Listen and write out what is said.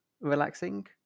relaxing